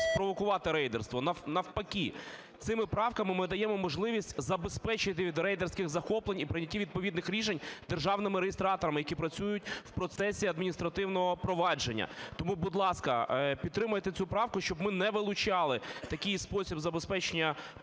спровокувати рейдерство. Навпаки, цими правками ми даємо можливість забезпечити від рейдерських захоплень і в прийнятті відповідних рішень державними реєстраторами, які працюють в процесі адміністративного провадження. Тому, будь ласка, підтримайте цю правку, щоб ми не вилучали такий спосіб забезпечення